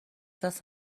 دست